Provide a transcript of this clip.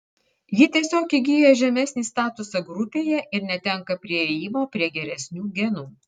ji tiesiog įgyja žemesnį statusą grupėje ir netenka priėjimo prie geresnių genų